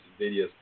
videos